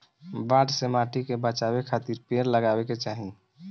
बाढ़ से माटी के बचावे खातिर पेड़ लगावे के चाही